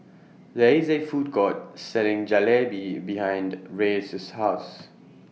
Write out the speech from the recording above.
There IS A Food Court Selling Jalebi behind Reyes' House